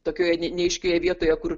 tokioje ne neaiškioje vietoje kur